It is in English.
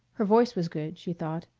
her voice was good, she thought.